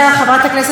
חבר הכנסת חיים ילין,